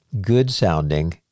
good-sounding